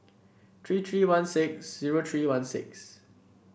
three three one six zero three one six